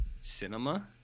cinema